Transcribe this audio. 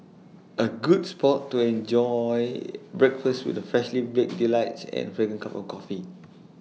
A good spot to enjoy breakfast with the freshly baked delights and fragrant cup of coffee